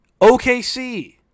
OKC